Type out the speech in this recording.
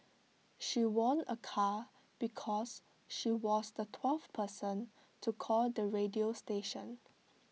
she won A car because she was the twelfth person to call the radio station